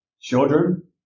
Children